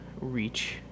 reach